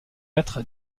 être